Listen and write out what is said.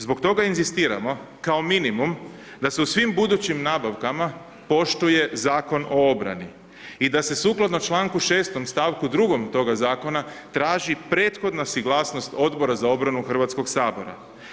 Zbog toga inzistiramo kao minimum da se u svim budućim nabavkama poštuje Zakon o obrani i da se sukladno članku 6. stavku 2. toga Zakona traži prethodna suglasnost Odbora za obranu Hrvatskoga sabora.